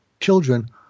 children